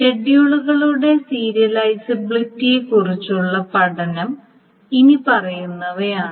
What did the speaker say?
ഷെഡ്യൂളുകളുടെ സീരിയലൈസബിലിറ്റിയെക്കുറിച്ചുള്ള പഠനം ഇനിപ്പറയുന്നവയാണ്